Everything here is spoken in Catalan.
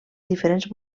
diferents